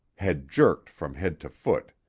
had jerked from head to foot.